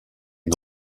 une